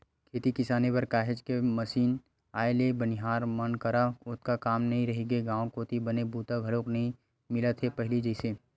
खेती किसानी बर काहेच के मसीन आए ले बनिहार मन करा ओतका काम नइ रहिगे गांव कोती बने बूता घलोक नइ मिलत हे पहिली जइसे